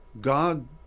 God